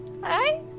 Hi